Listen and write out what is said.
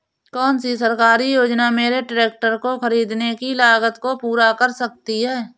कौन सी सरकारी योजना मेरे ट्रैक्टर को ख़रीदने की लागत को पूरा कर सकती है?